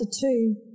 two